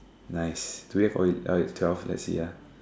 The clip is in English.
nice do we have all all twelve let's see ah